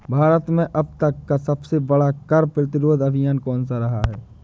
भारत में अब तक का सबसे बड़ा कर प्रतिरोध अभियान कौनसा रहा है?